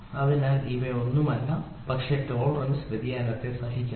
അതിനാൽ അത് ഒന്നുമല്ല പക്ഷേ ടോളറൻസ് വ്യതിയാനത്തെ സഹിക്കുന്നു